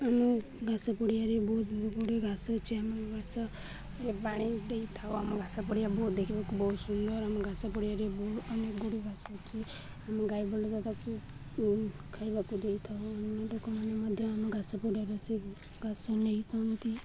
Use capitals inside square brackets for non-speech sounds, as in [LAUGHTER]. ଆମ ଘାସ ପଡ଼ିଆରେ ବହୁତ ଗୁଡ଼ିଏ ଘାସ ଅଛି ଆମ ଘାସରେ ପାଣି ଦେଇଥାଉ ଆମ ଘାସ ପଡ଼ିଆ ବହୁତ ଦେଖିବାକୁ ବହୁତ ସୁନ୍ଦର ଆମ ଘାସ ପଡ଼ିଆରେ ବହୁ ଅନେକ ଗୁଡ଼ିଏ ଘାସ ଅଛି ଆମ ଗାଈ [UNINTELLIGIBLE] ଖାଇବାକୁ ଦେଇଥାଉ ଅନ୍ୟ ଲୋକମାନେ ମଧ୍ୟ ଆମ ଘାସ ପଡ଼ିଆରେ ସେ ଘାସ ନେଇଥାନ୍ତି